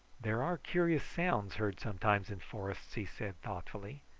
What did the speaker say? there are curious sounds heard sometimes in forests, he said thoughtfully.